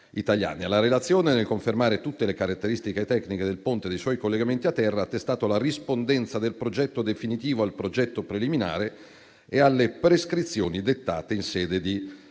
La relazione, nel confermare tutte le caratteristiche tecniche del Ponte e dei suoi collegamenti a terra, ha attestato la rispondenza del progetto definitivo al progetto preliminare e alle prescrizioni dettate in sede di